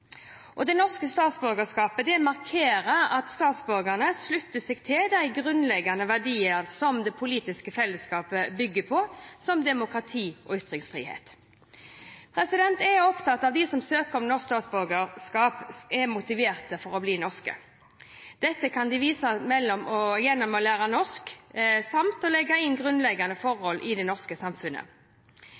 Det norske statsborgerskapet markerer at statsborgerne slutter seg til de grunnleggende verdiene som det politiske fellesskapet bygger på, som demokrati og ytringsfrihet. Jeg er opptatt av at de som søker om norsk statsborgerskap, er motivert for å bli norske. Dette kan de vise gjennom å lære seg norsk samt å sette seg inn i grunnleggende forhold i det norske samfunnet.